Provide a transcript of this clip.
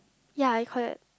ya I call it